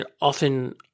often